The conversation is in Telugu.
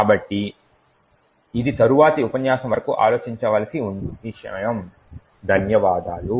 కాబట్టి ఇది తరువాతి ఉపన్యాసం వరకు ఆలోచించాల్సిన విషయం ధన్యవాదాలు